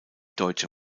deutsche